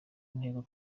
intego